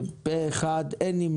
1 נגד,